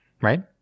Right